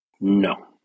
No